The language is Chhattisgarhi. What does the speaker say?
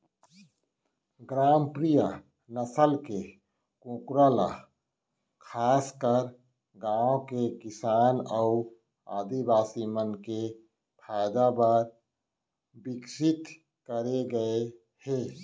ग्रामप्रिया नसल के कूकरा ल खासकर गांव के किसान अउ आदिवासी मन के फायदा बर विकसित करे गए हे